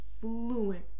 fluent